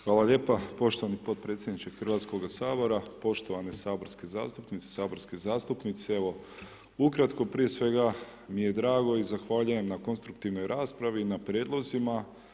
Hvala lijepo poštovani podpredsjedniče HS-a, poštovane saborske zastupnice, saborski zastupnici, evo, ukratko, prije svega mi je drago i zahvaljujem na konstruktivnoj raspravi i na prijedlozima.